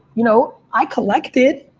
you know, i collected,